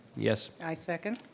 yes? i second.